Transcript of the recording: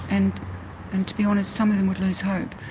and and to be honest, some of them would lose hope.